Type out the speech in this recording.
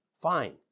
fine